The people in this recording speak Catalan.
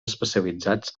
especialitzats